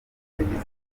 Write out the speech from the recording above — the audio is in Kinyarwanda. yagize